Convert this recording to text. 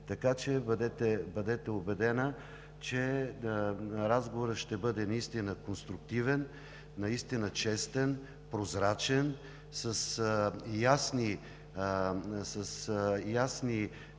напред. Бъдете убедена, че разговорът ще бъде наистина конструктивен, наистина честен, прозрачен, с ясни